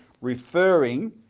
referring